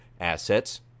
assets